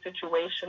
situation